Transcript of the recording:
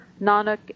Nanak